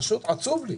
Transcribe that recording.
פשוט עצוב לי,